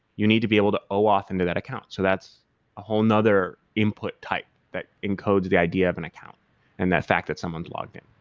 you need to be able to oauth into that account. so that's a whole another input type that encodes the idea of an account and that fact that someone's logged in.